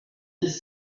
dix